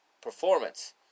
performance